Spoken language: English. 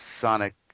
Sonic